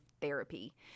therapy